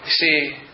See